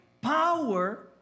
power